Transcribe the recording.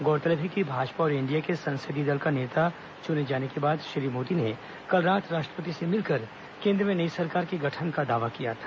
गौरतलब है कि भाजपा और एनडीए के संसदीय दल का नेता चुने जाने के बाद श्री मोदी ने कल रात राष्ट्रपति से मिलकर केन्द्र में नई सरकार के गठन का दावा किया था